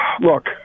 Look